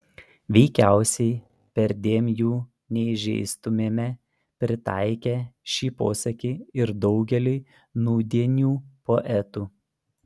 veikiausiai perdėm jų neįžeistumėme pritaikę šį posakį ir daugeliui nūdienių poetų